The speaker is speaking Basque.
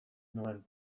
nuen